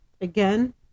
Again